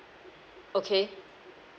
okay